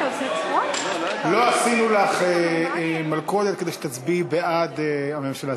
לא עשינו לך מלכודת כדי שתצביעי בעד הממשלה,